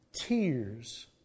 tears